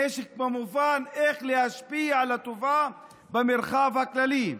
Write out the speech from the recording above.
נשק במובן של איך להשפיע לטובה במרחב הכללי.